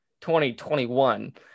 2021